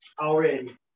already